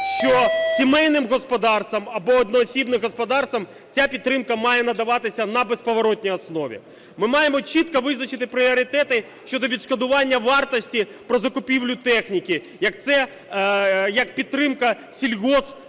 що сімейним господарствам або одноосібним господарствам ця підтримка має надаватися на безповоротній основі. Ми маємо чітко визначити пріоритети щодо відшкодування вартості при закупівлі техніки як підтримка сільгоспвиробника,